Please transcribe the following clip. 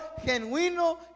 genuino